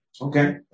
Okay